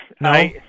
No